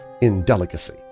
indelicacy